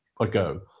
ago